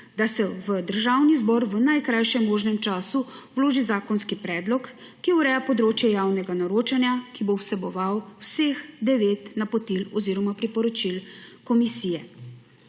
da se v Državni zbor v najkrajšem možnem času vloži zakonski predlog, ki ureja področja javnega naročanja, ki bo vseboval vseh devet napotil oziroma priporočil komisije.